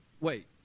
wait